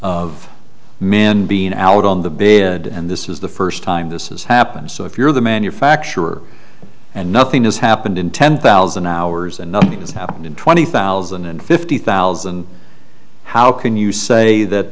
of men being out on the bed and this is the first time this has happened so if you're the manufacturer and nothing has happened in ten thousand hours and nothing's happened in twenty thousand and fifty thousand how can you